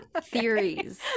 theories